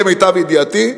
למיטב ידיעתי,